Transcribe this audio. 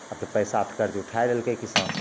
आब तऽ पइसा तऽ कर्ज उठै लेलकै किसान